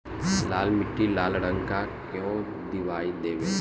लाल मीट्टी लाल रंग का क्यो दीखाई देबे?